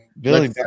Billy